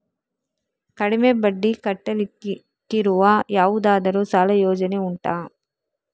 ಕಡಿಮೆ ಬಡ್ಡಿ ಕಟ್ಟಲಿಕ್ಕಿರುವ ಯಾವುದಾದರೂ ಸಾಲ ಯೋಜನೆ ಉಂಟಾ